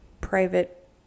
private